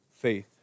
faith